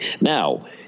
Now